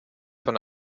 von